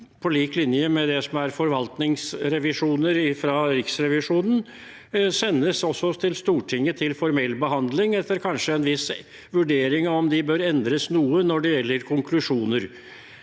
på lik linje med forvaltningsrevisjoner fra Riksrevisjonen, sendes til Stortinget til formell behandling, kanskje etter en viss vurdering av om de bør endres noe når det gjelder konklusjoner.